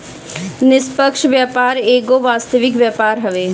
निष्पक्ष व्यापार एगो प्रस्तावित व्यापार हवे